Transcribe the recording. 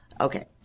okay